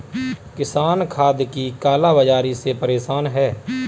किसान खाद की काला बाज़ारी से परेशान है